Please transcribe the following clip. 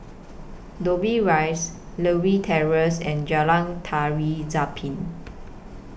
Dobbie Rise Lewin Terrace and Jalan Tari Zapin